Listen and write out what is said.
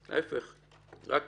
להיפך, רק